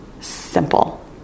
simple